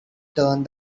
turned